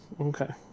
Okay